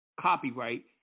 copyright